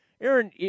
Aaron